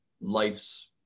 life's